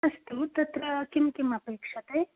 अस्तु तत्र किं किम् अपेक्षते